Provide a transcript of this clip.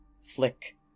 flick